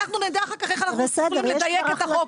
אנחנו אחר כך נדע איך אנחנו צריכים לדייק את החוק,